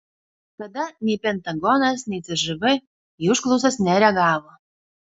tada nei pentagonas nei cžv į užklausas nereagavo